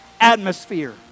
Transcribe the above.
atmosphere